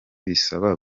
bisaba